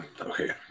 okay